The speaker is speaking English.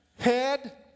head